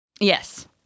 Yes